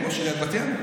הוא ראש עיריית בת ים?